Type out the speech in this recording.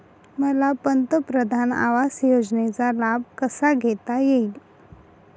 मला पंतप्रधान आवास योजनेचा लाभ कसा घेता येईल?